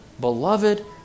beloved